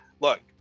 Look